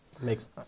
makes